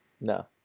No